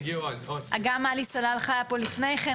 גם עלי סלאלחה היה פה לפני כן.